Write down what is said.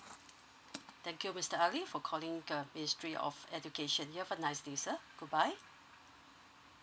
thank you mister ali for calling uh ministry of education you have a nice day sir bye bye